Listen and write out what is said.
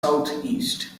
southeast